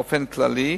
באופן כללי,